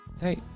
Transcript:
Hey